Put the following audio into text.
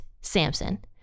Samson